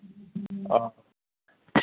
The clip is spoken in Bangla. ওহ